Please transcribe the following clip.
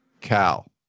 Cal